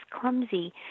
clumsy